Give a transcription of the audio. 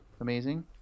amazing